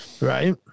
Right